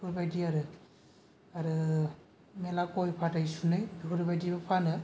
बेफोरबादि आरो आरो मेला गइ फाथै सुनै बेफोरबादिबो फानो